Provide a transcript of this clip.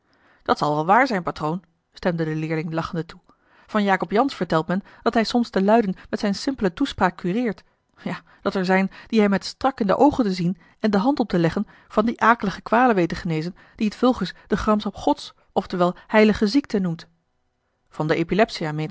dat zal wel waar zijn patroon stemde de leerling lachende toe van jacob jansz vertelt men dat hij soms de luiden met zijne simpele toespraak cureert ja dat er zijn die hij met strak in de oogen te zien en de hand op te leggen van die akelige kwale weet te genezen die het vulgus de gramschap gods ofte wel heilige ziekte noemt a l